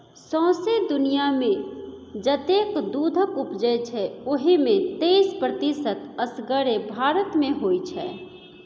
सौंसे दुनियाँमे जतेक दुधक उपजै छै ओहि मे तैइस प्रतिशत असगरे भारत मे होइ छै